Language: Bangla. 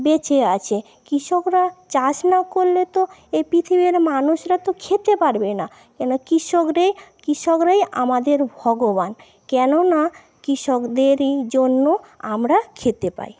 বেঁচে আছে কৃষকরা চাষ না করলে তো এ পৃথিবীর মানুষরা তো খেতে পারবে না কৃষকরাই কৃষকরাই আমাদের ভগবান কেন না কৃষকদেরই জন্য আমরা খেতে পাই